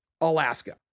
Alaska